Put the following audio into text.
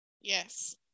Yes